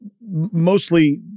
mostly